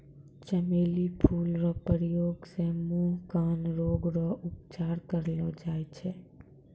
चमेली फूल रो प्रयोग से मुँह, कान रोग रो उपचार करलो जाय छै